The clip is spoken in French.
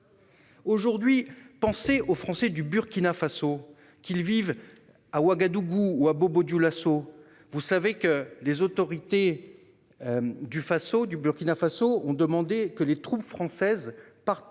argument ! Pensez aux Français du Burkina Faso, qu'ils vivent à Ouagadougou ou à Bobo-Dioulasso. Vous savez que les autorités de ce pays ont demandé que les troupes françaises quittent